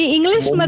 English